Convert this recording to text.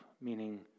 Meaning